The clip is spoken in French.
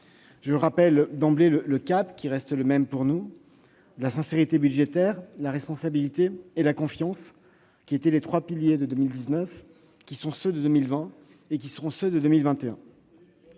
le rappelle d'emblée, le cap reste le même pour nous : sincérité budgétaire, responsabilité et confiance étaient les trois piliers de 2019 ; ce sont ceux de 2020 ; ce seront ceux de 2021